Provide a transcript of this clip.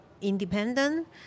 independent